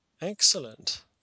excellent